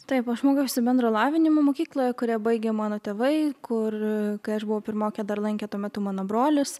taip aš mokiausi bendro lavinimo mokykloje kurią baigė mano tėvai kur kai aš buvau pirmokė dar lankė tuo metu mano brolis